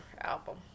album